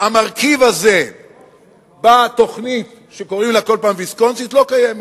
המרכיב הזה בתוכנית שקוראים לה כל פעם "ויסקונסין" לא קיים.